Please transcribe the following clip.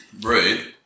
Right